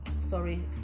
sorry